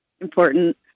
important